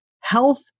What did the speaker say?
health